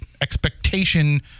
expectation